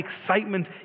excitement